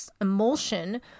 emulsion